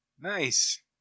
Nice